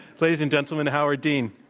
ladies and gentlemen, howard dean.